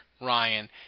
Ryan